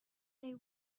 they